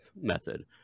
method